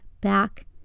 back